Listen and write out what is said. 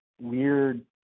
weird